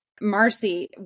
Marcy